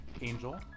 Angel